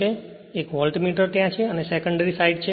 1 voltmeter ત્યાં છે અને સેકન્ડરી સાઇડ છે